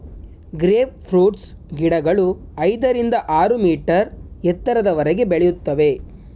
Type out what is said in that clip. grape fruits ಗಿಡಗಳು ಐದರಿಂದ ಆರು ಮೀಟರ್ ಎತ್ತರದವರೆಗೆ ಬೆಳೆಯುತ್ತವೆ